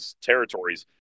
territories